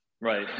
Right